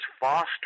foster